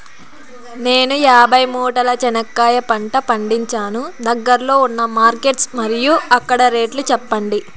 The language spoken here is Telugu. నేను యాభై మూటల చెనక్కాయ పంట పండించాను దగ్గర్లో ఉన్న మార్కెట్స్ మరియు అక్కడ రేట్లు చెప్పండి?